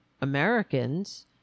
Americans